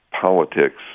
politics